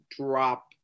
drop